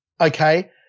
okay